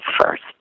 first